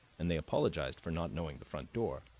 and they apologized for not knowing the front door.